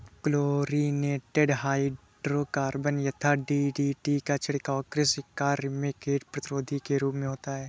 chlorinated hydrocarbon यथा DDT का छिड़काव कृषि कार्य में कीट प्रतिरोधी के रूप में होता है